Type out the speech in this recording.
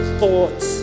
thoughts